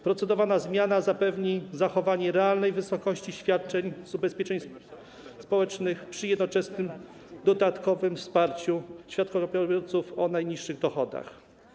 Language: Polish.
Procedowana zmiana zapewni zachowanie realnej wysokości świadczeń z ubezpieczeń społecznych przy jednoczesnym dodatkowym wsparciu świadczeniobiorców o najniższych dochodach.